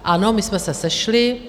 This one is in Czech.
Ano, my jsme se sešli.